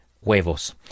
huevos